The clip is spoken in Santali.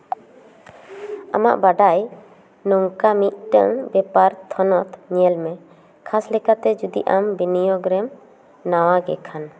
ᱟᱢᱟᱜ ᱵᱟᱰᱟᱭ ᱱᱚᱝᱠᱟ ᱢᱤᱫᱴᱟᱹᱝ ᱵᱮᱯᱟᱨ ᱛᱷᱚᱱᱚᱛ ᱧᱮᱞ ᱢᱮ ᱠᱷᱟᱥ ᱞᱮᱠᱟᱛᱮ ᱡᱤᱫᱚ ᱟᱢ ᱵᱤᱱᱤᱭᱳᱜᱽ ᱨᱮᱢ ᱱᱟᱣᱟ ᱜᱮ ᱠᱷᱟᱱ